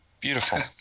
Beautiful